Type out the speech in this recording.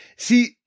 See